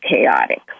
chaotic